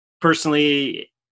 Personally